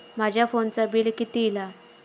माझ्या फोनचा बिल किती इला?